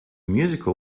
musical